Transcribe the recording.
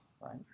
right